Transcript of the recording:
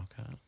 okay